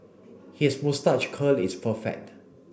his moustache curl is perfect